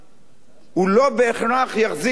לא בהכרח יחזיק מעמד